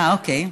אוקיי.